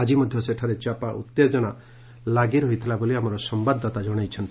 ଆକି ମଧ୍ଧ ସେଠାରେ ଚାପା ଉଉେଜନା ଲାଗି ରହିଥିବା ଆମ ସମ୍ଘାଦଦାତା ଜଣାଇଛନ୍ତି